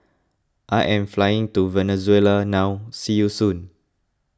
I am flying to Venezuela now see you soon